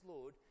Lord